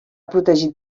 protegit